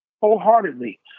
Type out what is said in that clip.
wholeheartedly